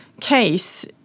case